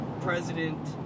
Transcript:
president